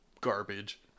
garbage